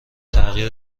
تغییر